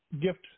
gift